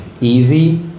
easy